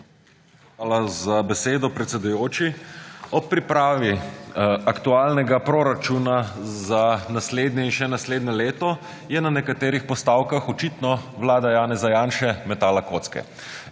Hvala za besedo, predsedujoči. Ob pripravi aktualnega proračuna za naslednje in še naslednje leto je na nekaterih postavkah očitno vlada Janeza Janše metala kocke